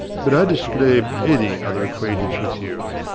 but i disclaim any other acquaintance with you.